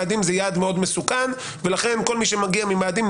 מאדים זה יעד מאוד מסוכן ולכן כל מי שמגיע ממאדים,